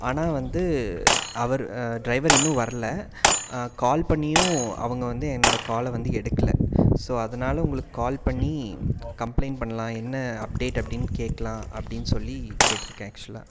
ஆனால் வந்து அவர் டிரைவர் இன்னும் வரலை கால் பண்ணியும் அவங்க வந்து என்னோட காலை வந்து எடுக்கலை ஸோ அதனால் உங்களுக்கு கால் பண்ணி கம்ப்ளைண்ட் பண்ணலாம் என்ன அப்டேட் அப்படினு கேட்கலாம் அப்படினு சொல்லி கேட்டுருக்கேன் ஆக்சுவலாக